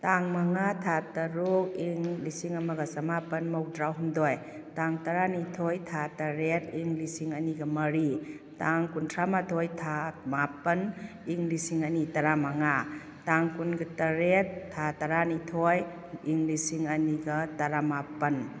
ꯇꯥꯡ ꯃꯉꯥ ꯊꯥ ꯇꯔꯨꯛ ꯏꯪ ꯂꯤꯁꯤꯡ ꯑꯃꯒ ꯆꯃꯥꯄꯟ ꯃꯧꯗ꯭ꯔꯥꯍꯨꯝꯗꯣꯏ ꯇꯥꯡ ꯇꯔꯥꯅꯤꯊꯣꯏ ꯊꯥ ꯇꯔꯦꯠ ꯏꯪ ꯂꯤꯁꯤꯡ ꯑꯅꯤꯒ ꯃꯔꯤ ꯇꯥꯡ ꯀꯨꯟꯊ꯭ꯔꯥꯃꯥꯊꯣꯏ ꯊꯥ ꯃꯥꯄꯟ ꯏꯪ ꯂꯤꯁꯤꯡ ꯑꯅꯤ ꯇꯔꯥꯃꯉꯥ ꯇꯥꯡ ꯀꯨꯟꯒ ꯇꯔꯦꯠ ꯊꯥ ꯇꯔꯥꯅꯤꯊꯣꯏ ꯏꯪ ꯂꯤꯁꯤꯡ ꯑꯅꯤꯒ ꯇꯔꯥꯃꯥꯄꯟ